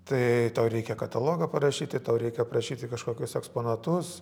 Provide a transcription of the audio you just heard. tai tau reikia katalogą parašyti tau reikia aprašyti kažkokius eksponatus